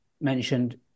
mentioned